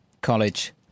College